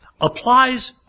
applies